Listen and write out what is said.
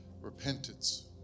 repentance